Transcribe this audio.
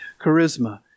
charisma